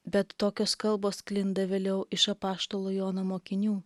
bet tokios kalbos sklinda vėliau iš apaštalo jono mokinių